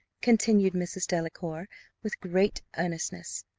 continued mrs. delacour with great earnestness,